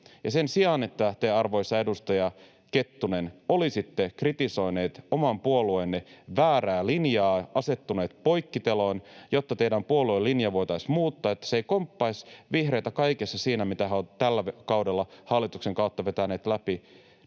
sen sijaan, että te, arvoisa edustaja Kettunen, olisitte kritisoinut oman puolueenne väärää linjaa ja asettunut poikkiteloin, jotta teidän puolueenne linja voitaisiin muuttaa, että se ei komppaisi vihreitä kaikessa siinä, mitä he ovat tällä kaudella hallituksen kautta vetäneet läpi,